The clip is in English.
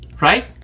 right